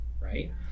Right